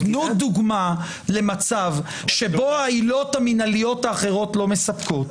תנו דוגמה למצב שבו העילות המינהליות האחרות לא מספקות,